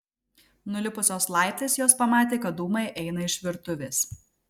nulipusios laiptais jos pamatė kad dūmai eina iš virtuvės